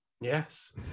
Yes